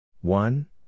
One